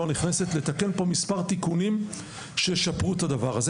לתקן פה מספר תיקונים שישפרו את הדבר הזה.